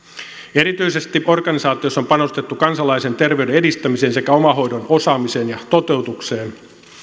erityisesti organisaatiossa on panostettu kansalaisen terveyden edistämiseen sekä omahoidon osaamiseen ja toteutukseen